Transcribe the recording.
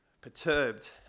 perturbed